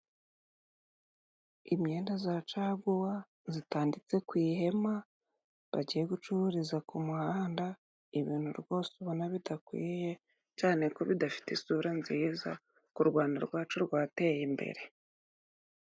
Imyenda za caguwa zitanditse ku ihema bagiye gucururiza ku muhanda ibintu rwose ubona bidakwiye cyane ko bidafite isura nziza ku Rwanda rwacu rwateye imbere.